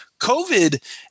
covid